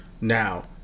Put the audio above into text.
now